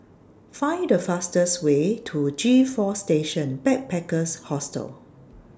Find The fastest Way to G four Station Backpackers Hostel